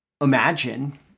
imagine